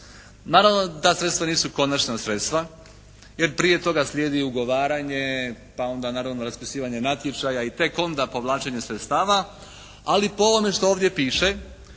Naravno da ta sredstva nisu konačna sredstva jer prije toga slijedi ugovaranje pa onda naravno raspisivanje natječaja i tek onda povlačenje sredstava ali po ovome što ovdje piše